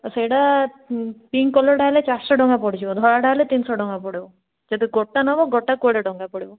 ସେଇଟା ପିଙ୍କ୍ କଲର୍ଟା ହେଲେ ଚାରିଶହ ଟଙ୍କା ପଡ଼ିଯିବ ଧଳାଟା ହେଲେ ତିନିଶହ ଟଙ୍କା ପଡ଼ିବ ଯଦି ଗୋଟା ନବ ଗୋଟା କୋଡ଼ିଏ ଟଙ୍କା ପଡ଼ିବ